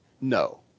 No